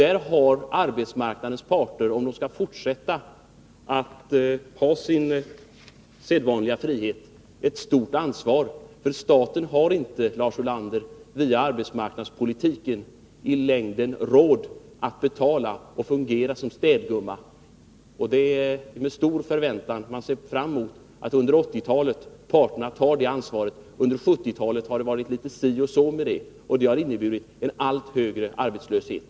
Där har arbetsmarknadens parter med sin frihet att förhandla ett stort ansvar. Staten har nämligen inte, Lars Ulander, via arbetsmarknadspolitiken i längden råd att betala och fungera som städgumma. Det är med stor förväntan som jag ser fram mot att arbetsmarknadens parter tar detta ansvar under 1980-talet. Under 1970-talet har det varit litet si och så med den saken, och det har inneburit en allt högre arbetslöshet.